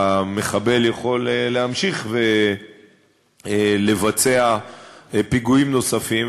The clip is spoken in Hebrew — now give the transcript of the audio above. שהמחבל יכול להמשיך ולבצע פיגועים נוספים,